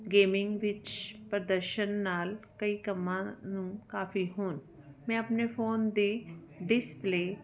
gaming ਵਿਚ ਪ੍ਰਦਰਸ਼ਨ ਨਾਲ ਕਈ ਕੰਮਾਂ ਨੂੰ ਕਾਫ਼ੀ ਹੋਣ ਮੈਂ ਆਪਣੇ ਫੋਨ ਦੇ ਡਿਸਪਲੇ